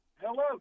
Hello